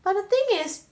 but the thing is